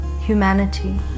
humanity